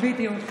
בדיוק.